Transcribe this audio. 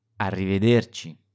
Arrivederci